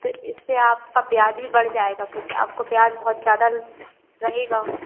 तो इससे आपका ब्याज भी बढ़ जाएगा क्योंकि आपको ब्याज बहुत ज्यादा रहेगा